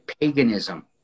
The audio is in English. paganism